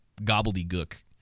gobbledygook